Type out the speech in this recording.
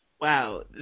Wow